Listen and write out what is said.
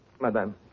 madame